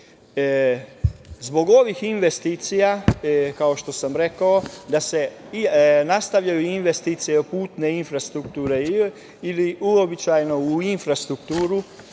ovih investicija kao što sam rekao da se nastavljaju investicije putne infrastrukture ili uobičajeno u infrastrukturu,